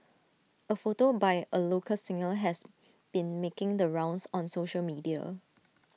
A photo by A local singer has been making the rounds on social media